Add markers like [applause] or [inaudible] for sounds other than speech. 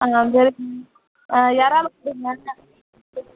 அங்கே வந்து ம் இறால் [unintelligible]